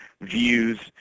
views